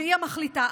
והיא המחליטה,